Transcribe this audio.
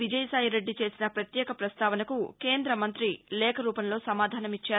విజయసాయిరెడ్డి చేసిన ప్రత్యేక ప్రస్తావనకు కేంద్ర మంత్రి లేఖ రూపంలో సమాధానమిచ్చారు